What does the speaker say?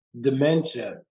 dementia